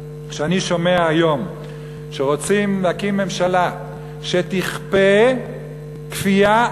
כשאני שומע היום שרוצים להקים ממשלה שתכפה כפייה